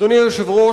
אדוני היושב-ראש,